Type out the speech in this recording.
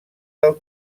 del